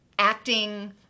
acting